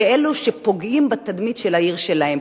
כאלה שפוגעים בתדמית של העיר שלהם,